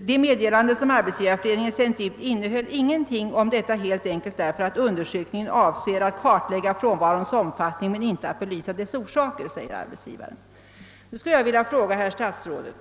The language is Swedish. Det meddelande som SAF sänt ut innehöll inget om detta helt enkelt därför att undersökningen avser att kartlägga frånvarons omfattning, men inte att belysa dess orsaker.» Nu vill jag fråga herr statsrådet